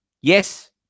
yes